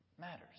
Matters